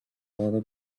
other